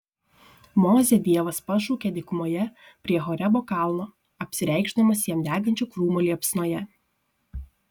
mozę dievas pašaukia dykumoje prie horebo kalno apsireikšdamas jam degančio krūmo liepsnoje